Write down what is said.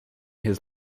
his